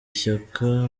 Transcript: ishyaka